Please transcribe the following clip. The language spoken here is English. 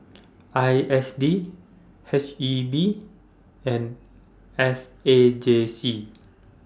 I S D H E B and S A J C